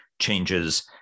Changes